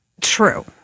True